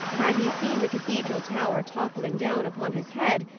had he seen the cathedral tower toppling down upon his head,